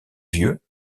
vieux